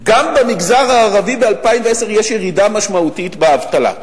גם במגזר הערבי ב-2010 יש ירידה משמעותית באבטלה.